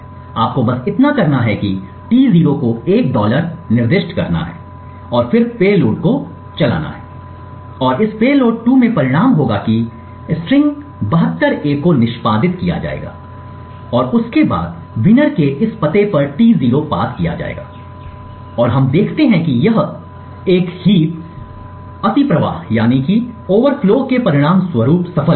आपको बस इतना करना है कि T0 को एक डॉलर निर्दिष्ट करें और फिर पेलोड 2 को चलाएं और इस पेलोड 2 में परिणाम होगा कि स्ट्रिंग 72 A को निष्पादित किया जाएगा और उसके बाद विजेता के इस पते पर T0 पास किया जाएगा और हम देखते हैं कि यह एक हीप अतिप्रवाह के परिणामस्वरूप सफल हुआ है